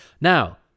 Now